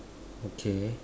okay